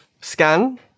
scan